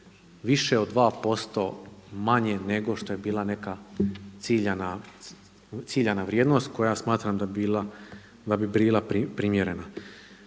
više od 2% manje nego što je bila neka ciljana vrijednost koja smatram da bi bila primjerena.